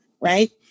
right